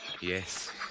Yes